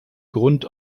grund